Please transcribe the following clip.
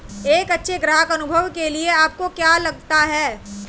एक अच्छे ग्राहक अनुभव के लिए आपको क्या लगता है?